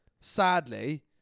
Sadly